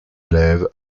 élève